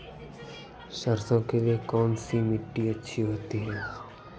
सरसो के लिए कौन सी मिट्टी अच्छी होती है?